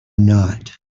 not